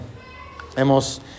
Hemos